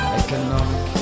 economic